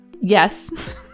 Yes